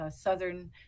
southern